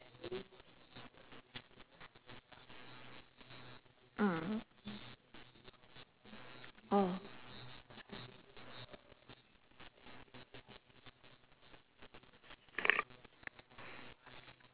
mm mm